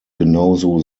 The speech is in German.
genauso